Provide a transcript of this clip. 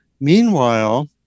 Meanwhile